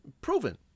proven